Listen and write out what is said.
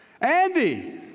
Andy